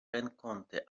renkonte